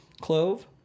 clove